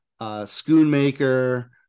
Schoonmaker